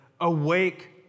awake